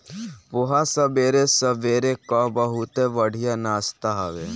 पोहा सबेरे सबेरे कअ बहुते बढ़िया नाश्ता हवे